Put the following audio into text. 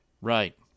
right